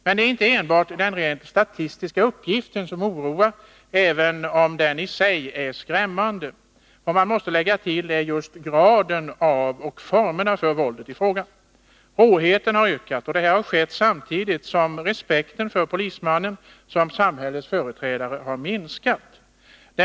Men det är inte enbart de rent statistiska siffrorna som oroar, även om de i sig är skrämmande. Vad man måste lägga till är graden av och formerna för våldet i fråga. Råheten har ökat, och det har skett samtidigt som respekten för polismannen som samhällets företrädare har minskat.